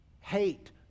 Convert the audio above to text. hate